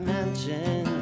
Mansion